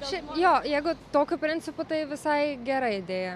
šiaip jo jeigu tokiu principu tai visai gera idėja